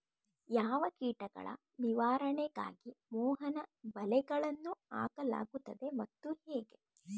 ಯಾವ ಕೀಟಗಳ ನಿವಾರಣೆಗಾಗಿ ಮೋಹನ ಬಲೆಗಳನ್ನು ಹಾಕಲಾಗುತ್ತದೆ ಮತ್ತು ಹೇಗೆ?